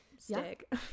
stick